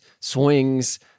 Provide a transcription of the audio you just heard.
swings